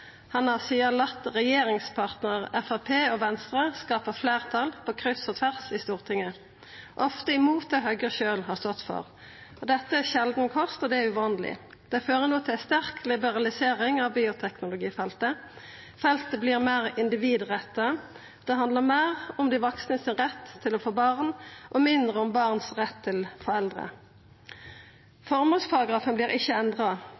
Han har sidan late regjeringspartnarane Framstegspartiet og Venstre skaffa fleirtal på kryss og tvers i Stortinget, ofte imot det Høgre sjølv har stått for. Dette er sjeldan kost, og det er uvanleg. Det fører no til ei sterk liberalisering av bioteknologifeltet. Feltet vert meir individretta. Det handlar meir om dei vaksne sin rett til å få barn og mindre om barns rett til foreldre. Føremålsparagrafen vert ikkje endra,